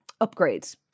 upgrades